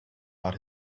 about